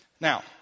Now